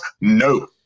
No